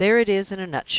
there it is in a nutshell!